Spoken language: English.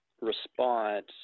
response